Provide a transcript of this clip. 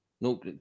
No